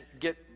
get